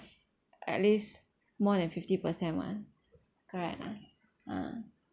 at least more than fifty percent [one] correct lah ah